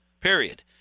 period